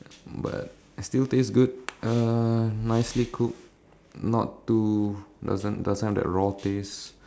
but still taste good uh nicely cooked not too doesn't doesn't have that raw taste